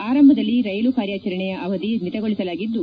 ಆರಂಭದಲ್ಲಿ ರೈಲು ಕಾರ್ಯಾಚರಣೆಯ ಅವಧಿ ಮಿತಗೊಳಿಸಲಾಗಿದ್ದು